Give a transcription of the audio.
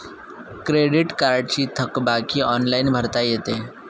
credit कार्डची थकबाकी online भरता येते